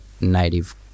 native